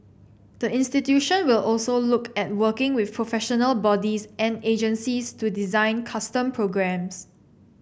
the institution will also look at working with professional bodies and agencies to design custom programmes